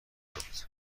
بود